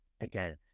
Again